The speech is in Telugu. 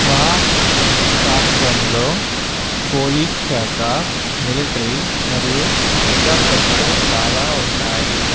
మా రాష్ట్రంలో పోలీస్ శాఖ మిలటరీ మరియు నిఘా సంస్థలు చాలా ఉన్నాయి